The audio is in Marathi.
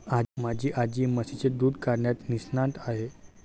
माझी आजी म्हशीचे दूध काढण्यात निष्णात आहे